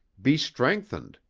be strengthened,